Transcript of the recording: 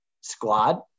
squad